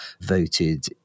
voted